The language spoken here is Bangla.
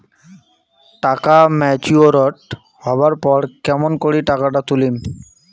টাকা ম্যাচিওরড হবার পর কেমন করি টাকাটা তুলিম?